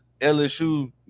LSU